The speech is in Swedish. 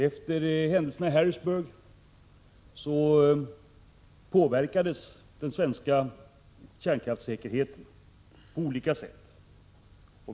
Efter händelserna i Harrisburg påverkades den svenska kärnkraftssäkerheten på olika sätt.